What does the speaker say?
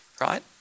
right